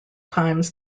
times